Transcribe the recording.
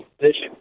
position